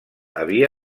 havia